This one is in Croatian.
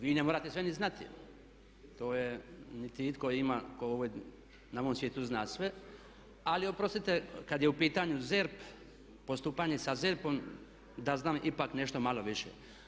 Vi ne morate sve ni znati, niti itko ima tko na ovom svijetu zna sva ali oprostite kad je u pitanju ZERP, postupanje sa ZERP-om da znam ipak nešto malo više.